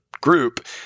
group